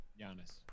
Giannis